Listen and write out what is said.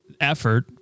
effort